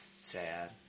Sad